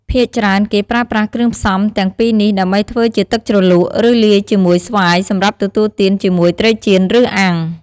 ភាគច្រើនគេប្រើប្រាស់គ្រឿងផ្សំទាំងពីរនេះដើម្បីធ្វើជាទឹកជ្រលក់ ឬលាយជាមួយស្វាយសម្រាប់ទទួលទានជាមួយត្រីចៀនឬអាំង។